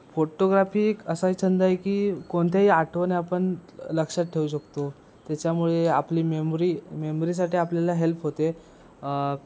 photography असाही छंद आहे की कोणत्याही आठवण आपण लक्षात ठेवू शकतो त्याच्यामुळे आपली मेमोरी मेमरीसाठी आपल्याला हेल्प होते